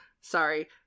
sorry